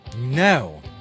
No